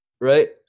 right